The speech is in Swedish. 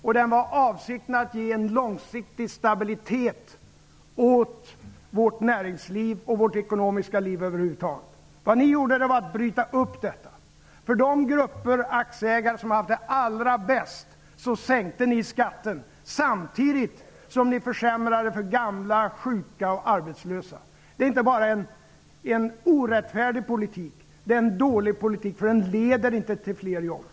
Avsikten var att ge en långsiktig stabilitet åt vårt näringsliv och vårt ekonomiska liv över huvud taget. Vad ni gjorde var att bryta upp skattereformen. För de grupper, aktieägarna, som hade det allra bäst sänkte ni skatten, samtidigt som ni försämrade för gamla, sjuka och arbetslösa. Det är inte bara en orättfärdig politik utan det är också en dålig politik därför att den leder inte till fler jobb.